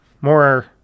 more